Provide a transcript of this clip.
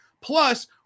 Plus